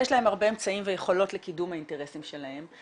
יש להם הרבה אמצעים ויכולות לקידום האינטרסים שלהם,